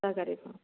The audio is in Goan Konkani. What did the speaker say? सहकारी फाम